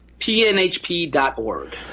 PNHP.org